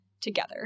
together